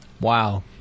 wow